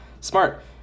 smart